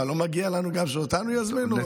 מה, לא מגיע לנו שגם אותנו יזמינו?